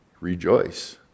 Rejoice